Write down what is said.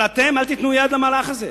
אבל אתם אל תיתנו יד למהלך הזה.